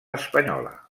espanyola